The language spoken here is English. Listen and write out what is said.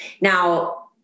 Now